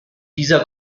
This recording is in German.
dieser